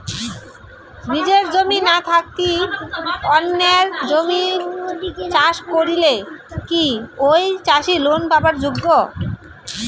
নিজের জমি না থাকি অন্যের জমিত চাষ করিলে কি ঐ চাষী লোন পাবার যোগ্য?